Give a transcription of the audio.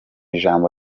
ijambo